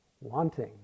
Wanting